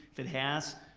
if it has,